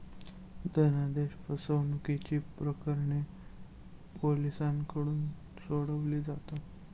धनादेश फसवणुकीची प्रकरणे पोलिसांकडून सोडवली जातात